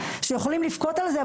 שיכולים לבכות על זה,